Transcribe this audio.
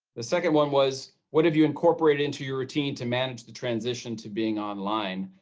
the second one was, what have you incorporated into your routine to manage the transition to being online.